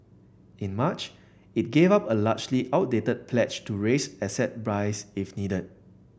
in March it gave up a largely outdated pledge to raise asset buys if needed